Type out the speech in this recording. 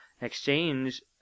exchange